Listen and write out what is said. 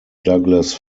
douglas